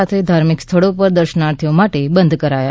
સાથે ધાર્મિક સ્થળો પણ દર્શનાર્થીઓ માટે બંધ કરાયા